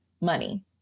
money